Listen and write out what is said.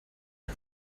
are